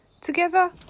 together